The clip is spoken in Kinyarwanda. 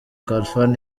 khalfan